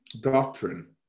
doctrine